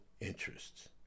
interests